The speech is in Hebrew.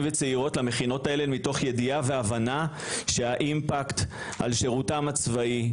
וצעירות למכינות האלה מתוך ידיעה והבנה שהאימפקט על שירותם הצבאי,